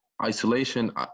Isolation